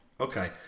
Okay